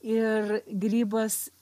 ir grybas